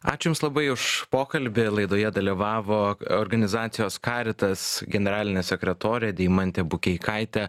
ačiū jums labai už pokalbį laidoje dalyvavo organizacijos caritas generalinė sekretorė deimantė bukeikaitė